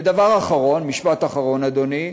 ומשפט אחרון, אדוני,